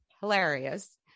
hilarious